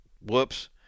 Whoops